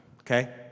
Okay